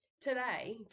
Today